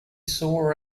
saw